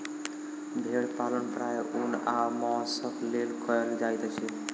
भेड़ पालन प्रायः ऊन आ मौंसक लेल कयल जाइत अछि